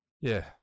Yeah